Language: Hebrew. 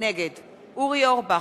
או קיווה,